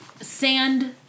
Sand